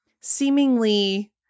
seemingly